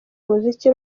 umuziki